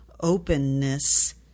openness